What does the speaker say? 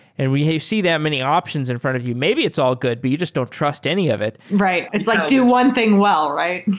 and you see that many options in front of you, maybe it's all good, but you just don't trust any of it right. it's like do one thing well, right?